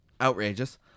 outrageous